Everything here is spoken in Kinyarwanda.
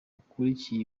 ukurikiye